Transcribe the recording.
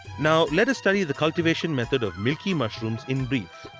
now let us study the cultivation method of milky mushroom in brief.